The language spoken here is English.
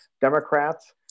Democrats